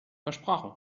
versprochen